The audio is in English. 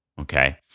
Okay